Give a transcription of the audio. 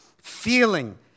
feeling